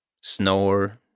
snore